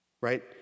right